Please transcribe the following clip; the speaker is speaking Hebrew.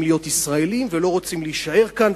להיות ישראלים ולא רוצים להישאר כאן,